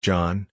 John